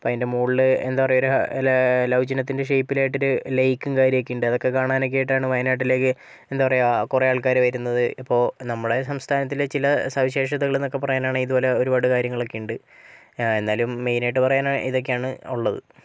അപ്പോൾ അതിൻ്റെ മോളിൽ എന്തപറയാ ഒരു ല ലൗ ചിഹ്നത്തിൻ്റെ ഷെയ്പ്പിലായിട്ടൊരു ലെയ്ക്കും കാര്യമൊക്കെ ഉണ്ട് അതൊക്കെ കാണാനൊക്കെ ആയിട്ടാണ് വയനാട്ടിലേക്ക് എന്തപറയാ കുറേ ആൾക്കാർ വരുന്നത് ഇപ്പോൾ നമ്മളെ സംസ്ഥാനത്തിലെ ചില സവിശേഷതകൾ എന്നൊക്കെ പറയുവാനാണെങ്കിൽ ഇതുപോലെ ഒരുപാട് കാര്യങ്ങളൊക്കെ ഉണ്ട് എന്നാലും മെയിനായിട്ട് പറയാൻ ഇതൊക്കെയാണ് ഉള്ളത്